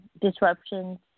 disruptions